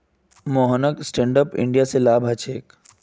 मोहनक stand up India स लाभ ह छेक